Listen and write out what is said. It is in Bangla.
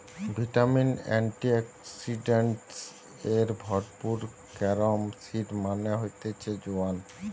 ভিটামিন, এন্টিঅক্সিডেন্টস এ ভরপুর ক্যারম সিড মানে হতিছে জোয়ান